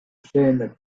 chaîne